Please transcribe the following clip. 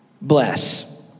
bless